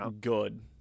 good